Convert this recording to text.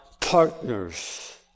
partners